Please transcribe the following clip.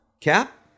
Cap